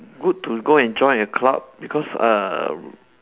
good to go and join a club because uh